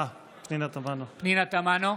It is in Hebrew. פנינה תמנו,